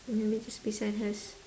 you make this person has